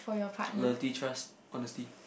loyalty trust honesty